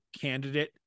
candidate